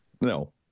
No